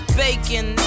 bacon